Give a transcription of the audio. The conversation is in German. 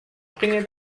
bringe